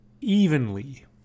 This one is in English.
evenly